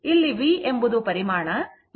ಇಲ್ಲಿ V ಎಂಬುದು ಪರಿಮಾಣ ಮತ್ತು θ ಎಂಬುದು ಕೋನವಾಗಿದೆ